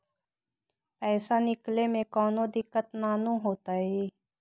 पईसा निकले में कउनो दिक़्क़त नानू न होताई?